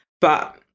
But-